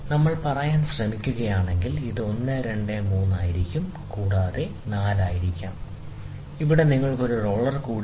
നമ്മൾ പറയാൻ ശ്രമിക്കുകയാണ് ഇത് 1 2 3 ആയിരിക്കാം കൂടാതെ 4 ആയിരിക്കാം നിങ്ങൾക്ക് ഇവിടെ ഒരു റോളർ കൂടി ഉണ്ട്